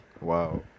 Wow